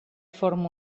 forma